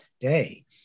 day